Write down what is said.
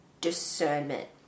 discernment